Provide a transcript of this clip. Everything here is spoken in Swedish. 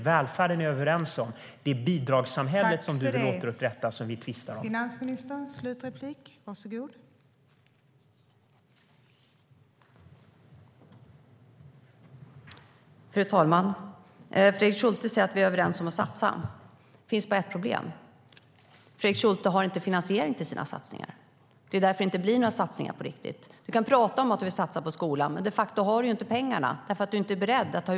Välfärden är vi överens om; det är det bidragssamhälle du vill återupprätta vi tvistar om, Magdalena Andersson.